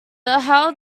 how